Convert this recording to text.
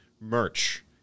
merch